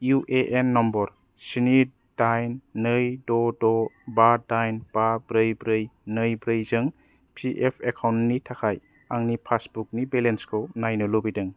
UAN number स्नि दाइन नै द' द' बा दाइन बा ब्रै ब्रै नै ब्रै जों पिएफ एकाउन्ट थाखाय आंनि पासबुनि बेलेन्सखौ नायनो लुबैदों